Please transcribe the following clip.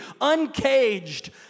uncaged